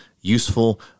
useful